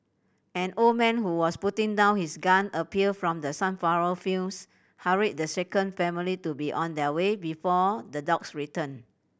an old man who was putting down his gun appeared from the sunflower fields hurried the shaken family to be on their way before the dogs return